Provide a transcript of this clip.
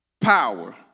power